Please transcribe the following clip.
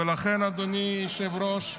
ולכן, אדוני היושב-ראש,